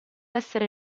essere